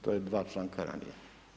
To je dva članka ranije.